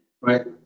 Right